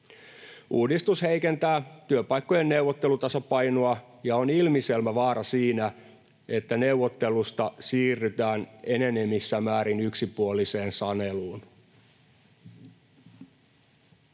Uudistus heikentää työpaikkojen neuvottelutasapainoa ja on ilmiselvä vaara siinä, että neuvottelusta siirrytään enenevissä määrin yksipuoliseen saneluun.